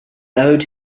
owed